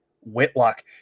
Whitlock